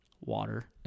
Water